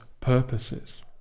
purposes